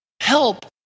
help